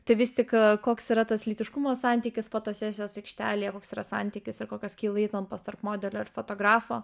tai vis tik koks yra tas lytiškumo santykis fotosesijos aikštelėje koks yra santykis ir kokios kyla įtampos tarp modelio ir fotografo